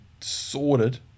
sorted